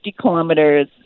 kilometers